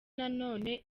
nanone